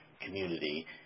community